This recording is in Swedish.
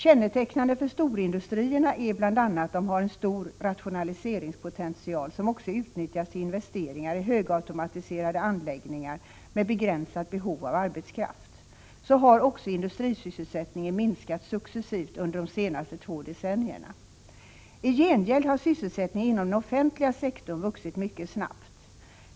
Kännetecknande för storindustrierna är bl.a. att de har en stor rationaliseringspotential som också utnyttjas till investeringar i högautomatiserade anläggningar med begränsat behov av arbetskraft. Så har också industrisysselsättningen minskat successivt under de senaste två decennierna. I gengäld har sysselsättningen inom den offentliga sektorn vuxit mycket snabbt.